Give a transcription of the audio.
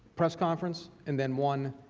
press conference and then one